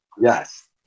Yes